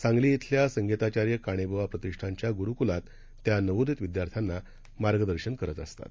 सांगली येथील संगीताचार्य काणेबुवा प्रतिष्ठानच्या ग्रुक्लात त्या नवोदित विद्यार्थ्यांना मागदर्शन करत असतात